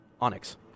Onyx